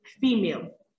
female